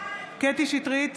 קטי קטרין שטרית,